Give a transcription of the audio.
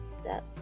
step